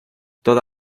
toda